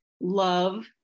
love